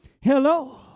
Hello